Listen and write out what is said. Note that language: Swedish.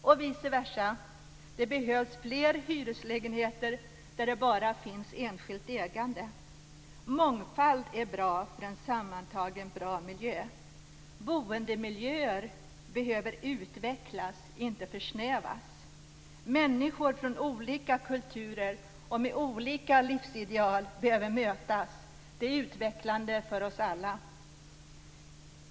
Och vice versa behövs det fler hyreslägenheter där det bara finns enskilt ägande. Mångfald är bra för en sammantaget bra miljö. Boendemiljöer behöver utvecklas, inte försnävas. Människor från olika kulturer och med olika livsideal behöver mötas. Det är utvecklande för oss alla.